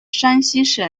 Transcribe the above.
山西省